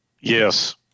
Yes